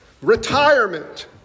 retirement